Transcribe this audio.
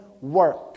work